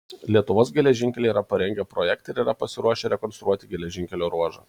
lietuvos geležinkeliai yra parengę projektą ir yra pasiruošę rekonstruoti geležinkelio ruožą